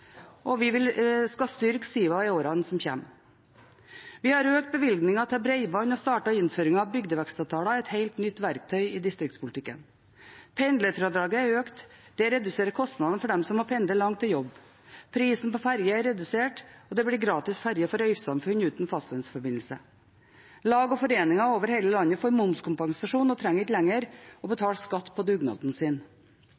og vi skal styrke Siva i årene som kommer. Vi har økt bevilgningene til bredbånd og startet innføringen av bygdevekstavtaler, et helt nytt verktøy i distriktspolitikken. Pendlerfradraget er økt. Det reduserer kostnadene for dem som må pendle langt til jobb. Prisen på ferje er redusert, og det blir gratis ferje for øysamfunn uten fastlandsforbindelse. Lag og foreninger over hele landet får momskompensasjon og trenger ikke lenger å